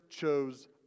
chose